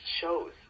shows